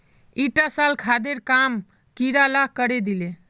ईटा साल खादेर काम कीड़ा ला करे दिले